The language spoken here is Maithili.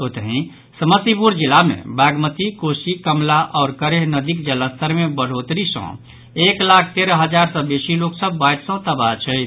ओतहि समस्तीपुर जिला मे बागमती कोसी कमला आओर करेह नदीक जलस्तर मे बढ़ोतरी सॅ एक लाख तेरह हजार सॅ बेसी लोक सभ बाढ़ि सॅ तबाह छथि